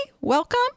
Welcome